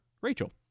rachel